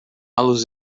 los